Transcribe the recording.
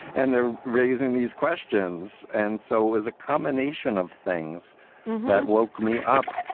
and they're raising these questions. and so as a combination of things that woke me up.